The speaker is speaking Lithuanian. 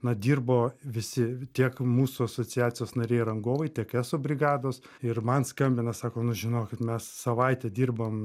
na dirbo visi tiek mūsų asociacijos nariai rangovai tiek eso brigados ir man skambina sako nu žinokit mes savaitę dirbam